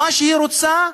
מה שהיא רוצה,